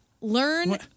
Learn